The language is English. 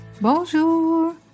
Bonjour